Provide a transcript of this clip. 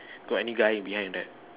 got any guy behind in there